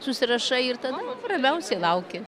susirašai ir tada ramiausiai lauki